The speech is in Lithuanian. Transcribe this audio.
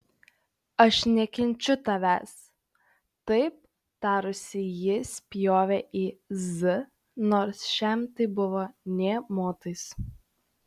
aš nekenčiu tavęs taip tarusi ji spjovė į z nors šiam tai buvo nė motais